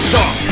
Talk